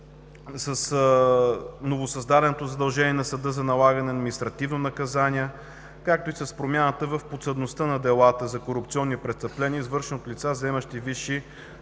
с новосъздаденото задължение на съда за налагане на административно наказание, както и с промяната в подсъдността на делата за корупционни престъпления, извършени от лица, заемащи висши